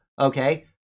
Okay